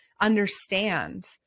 understand